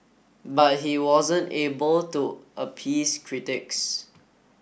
but he wasn't able to appease critics